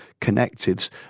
Connectives